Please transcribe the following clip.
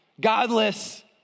godless